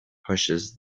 pushes